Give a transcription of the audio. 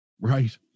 Right